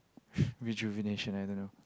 rejuvenation I don't know